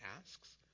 asks